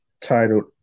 titled